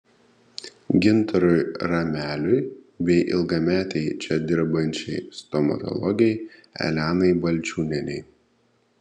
gintarui rameliui bei ilgametei čia dirbančiai stomatologei elenai balčiūnienei